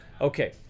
okay